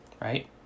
Right